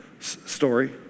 story